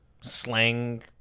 slang